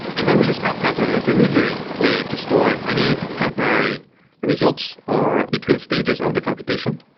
and then we use kafka as an intermediary way to store any temporary results or between stages of the computation.